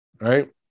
right